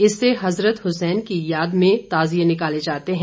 इससे हजरत हसैन की याद में ताजिये निकाले जाते हैं